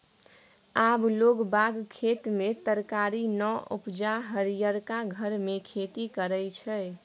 आब लोग बाग खेत मे तरकारी नै उपजा हरियरका घर मे खेती करय छै